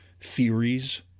theories